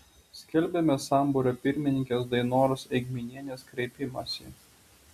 skelbiame sambūrio pirmininkės dainoros eigminienės kreipimąsi